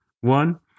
one